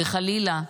וחלילה,